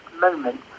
moment